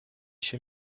się